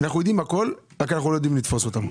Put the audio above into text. יודעים הכול רק אנו לא יודעים לתפוס אותם.